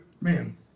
man